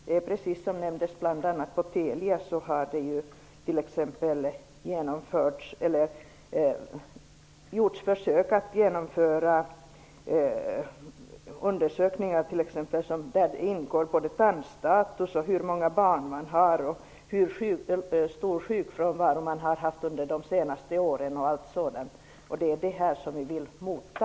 Det gäller bl.a. Telia, som nämndes, där det har gjorts försök att genomföra undersökningar, t.ex. av tandstatus, antalet barn, sjukfrånvaro under de senaste åren m.m. Det är det här som vi vill mota.